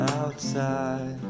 outside